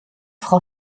frau